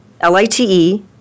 L-I-T-E